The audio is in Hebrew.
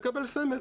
מקבל סמל.